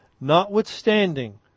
Notwithstanding